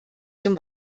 dem